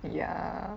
ya